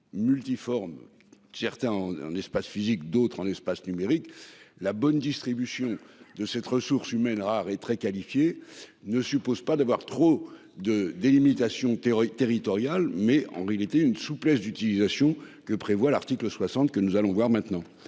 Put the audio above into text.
multiforme. Certains un espace physique d'autres en espace numérique la bonne distribution de cette ressource humaine rare et très qualifiés ne suppose pas d'avoir trop de délimitation théorique territoriale mais en réalité une souplesse d'utilisation que prévoit l'article 60 que nous allons voir maintenant,